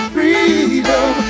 Freedom